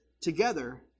together